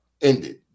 ended